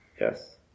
Yes